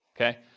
okay